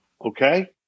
okay